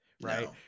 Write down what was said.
right